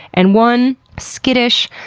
and one skittish,